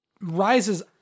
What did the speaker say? rises